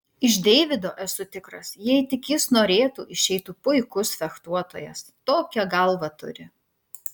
iš deivido esu tikras jei tik jis norėtų išeitų puikus fechtuotojas tokią galvą turi